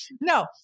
No